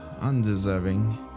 undeserving